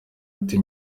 ati